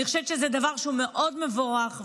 אני חושבת שזה דבר מבורך מאוד.